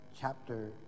chapter